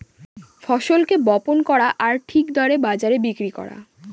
ফসলকে বপন করা আর ঠিক দরে বাজারে বিক্রি করা